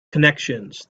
connections